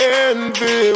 envy